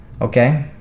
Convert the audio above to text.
Okay